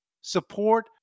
Support